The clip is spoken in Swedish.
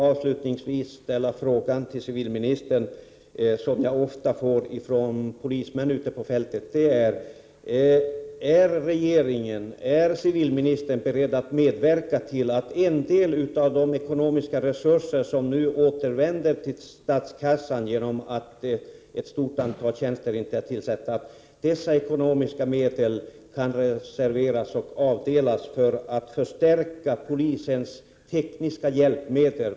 Avslutningsvis vill jag till civilministern ställa den fråga som jag ofta får av polismän ute på fältet: Är regeringen, civilministern, beredd att medverka till att en del av de ekonomiska resurser som nu återvänder till statskassan på grund av att ett stort antal tjänster inte är tillsatta reserveras för att förstärka polisens tekniska hjälpmedel?